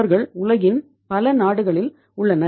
அவர்கள் உலகின் பல நாடுகளில் உள்ளனர்